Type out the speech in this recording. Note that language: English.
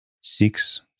Six